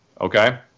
okay